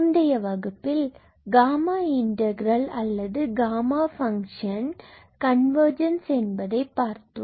முந்தைய வகுப்பில் gamma integral அல்லது gamma function for all n0 convergence என்பதை பார்த்தோம்